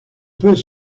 peut